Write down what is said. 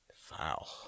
Foul